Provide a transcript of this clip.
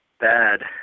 bad